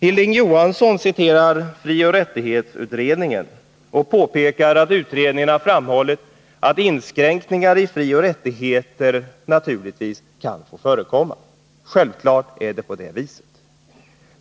Hilding Johansson citerar frioch rättighetsutredningen och påpekar att utredningen har framhållit att inskränkningar i frioch rättigheter naturligtvis kan få förekomma. Självfallet är det på det viset.